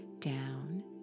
down